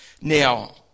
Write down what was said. Now